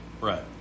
right